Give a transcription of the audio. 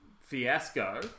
fiasco